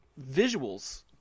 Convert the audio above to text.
visuals